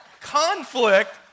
Conflict